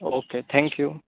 okay thank you